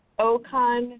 Ocon